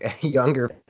younger